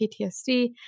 PTSD